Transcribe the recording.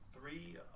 three